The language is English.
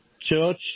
church